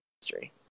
history